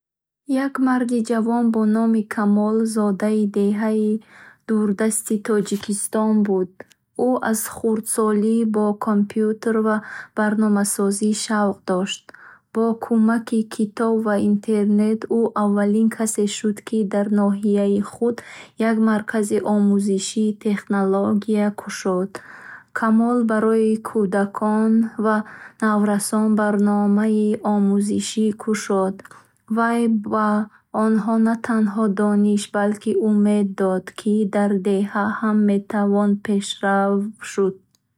Як марди ҷавон бо номи Камол зодаи деҳаи дурдасти Тоҷикистон буд. Ӯ аз хурдсолӣ ба компютер ва барномасозӣ шавқ дошт. Бо кӯмаки китоб ва интернет, ӯ аввалин касе шуд, ки дар ноҳияи худ як маркази омӯзиши технология кушод. Камол барои кӯдакон ва наврасон барномаи омузиши кушод. Вай ба онҳо на танҳо дониш, балки умед дод, ки аз деҳа ҳам метавон пешрав шуд.